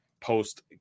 Post